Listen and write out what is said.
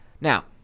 Now